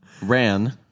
Ran